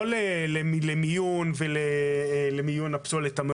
לא למיון הפסולת,